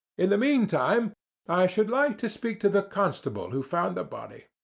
in the meantime i should like to speak to the constable who found the body.